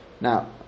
Now